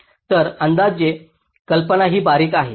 तर अंदाजे कल्पना ही बारीक आहे